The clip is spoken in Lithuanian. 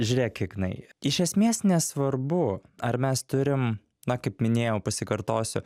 žiūrėk kiek jinai iš esmės nesvarbu ar mes turim na kaip minėjau pasikartosiu